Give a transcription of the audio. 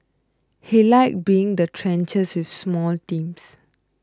he liked being in the trenches with small teams